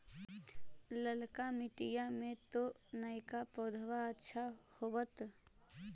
ललका मिटीया मे तो नयका पौधबा अच्छा होबत?